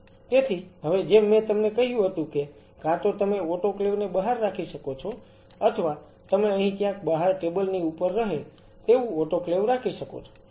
તેથી હવે જેમ મેં તમને કહ્યું હતું કે કાં તો તમે ઓટોક્લેવ ને બહાર રાખી શકો છો અથવા તમે અહીં ક્યાંક બહાર ટેબલ ની ઉપર રહે તેવું ઓટોક્લેવ રાખી શકો છો